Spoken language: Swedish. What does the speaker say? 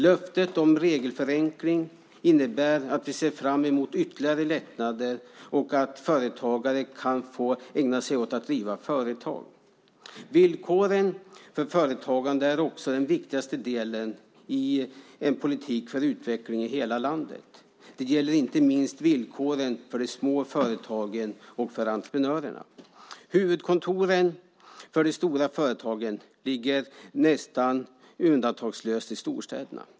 Löftet om regelförenkling innebär att vi ser fram emot ytterligare lättnader och att företagare kan få ägna sig åt att driva företag. Villkoren för företagande är också den viktigaste delen i en politik för utveckling i hela landet. Det gäller inte minst villkoren för de små företagen och för entreprenörerna. De stora företagens huvudkontor ligger nästan undantagslöst i storstäderna.